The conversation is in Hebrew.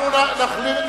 אנחנו נחמיר,